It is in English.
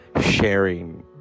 sharing